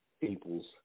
people's